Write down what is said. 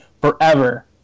forever